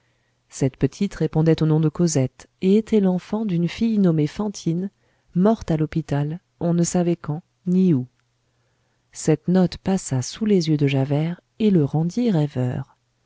cette petite répondait au nom de cosette et était l'enfant d'une fille nommée fantine morte à l'hôpital on ne savait quand ni où cette note passa sous les yeux de javert et le rendit